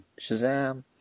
Shazam